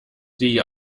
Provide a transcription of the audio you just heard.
die